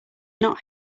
not